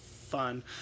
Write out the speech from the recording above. fun